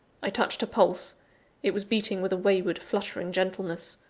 i touched her pulse it was beating with a wayward, fluttering gentleness.